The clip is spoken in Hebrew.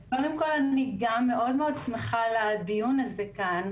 אני מאוד שמחה על הדיון הזה כאן.